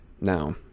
Now